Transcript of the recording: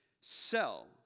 sell